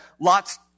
Lot's